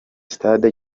sitade